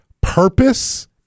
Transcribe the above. purpose